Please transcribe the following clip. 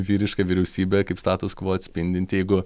vyriška vyriausybė kaip status kvo atspindinti jeigu